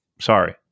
Sorry